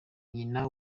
nyina